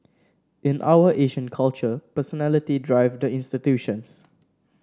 in our Asian culture personality drive the institutions